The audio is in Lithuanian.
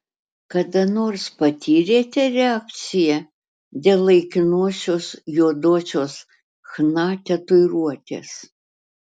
kada nors patyrėte reakciją dėl laikinosios juodosios chna tatuiruotės